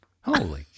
Holy